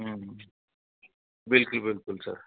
हं बिलकुल बिलकुल सर